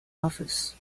office